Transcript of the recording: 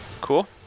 Cool